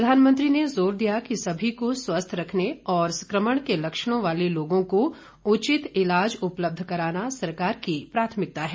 प्रधानमंत्री ने जोर दिया कि सभी को स्वस्थ रखने और संक्रमण के लक्षणों वाले लोगों को उचित ईलाज उपलब्ध कराना सरकार की प्राथमिकता है